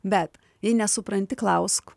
bet jei nesupranti klausk